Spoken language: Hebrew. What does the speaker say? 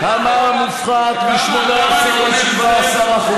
המע"מ הופחת מ-18% ל-17%.